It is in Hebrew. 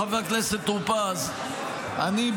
חבר הכנסת טור פז: אני,